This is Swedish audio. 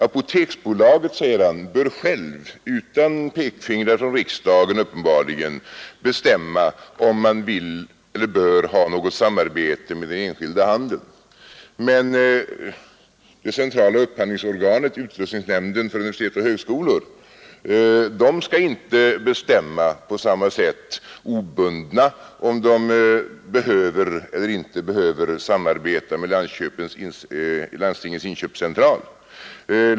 Apoteksbolaget, säger han, bör självt — utan pekfingrar från riksdagen, uppenbarligen — bestämma om man skall ha något samarbete med den enskilda handeln. Men det = centrala upphandlingsorganet, utrustningsnämnden för universitet och högskolor, skall inte bestämma på samma sätt, obundet, om man behöver eller inte behöver samarbeta med Landstingens inköpscentral.